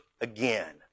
Again